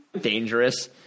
dangerous